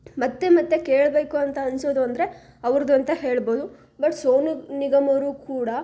ಮತ್ತೆ ಮತ್ತೆ ಕೇಳಬೇಕು ಅಂತ ಅನ್ನಿಸೋದು ಅಂದರೆ ಅವ್ರದ್ದು ಅಂತ ಹೇಳ್ಬೋದು ಬಟ್ ಸೋನು ನಿಗಮ್ ಅವರೂ ಕೂಡಾ